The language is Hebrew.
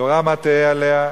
תורה מה תהא עליה?